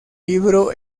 libro